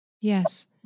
Yes